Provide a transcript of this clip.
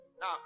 Now